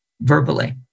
verbally